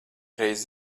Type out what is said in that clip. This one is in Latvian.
reiz